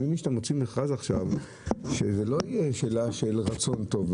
אני מבין שאתה מוציא מכרז עכשיו שזה לא יהיה שאלה של רצון טוב.